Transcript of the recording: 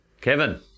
Kevin